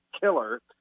killer